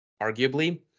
arguably